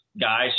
guys